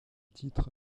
titre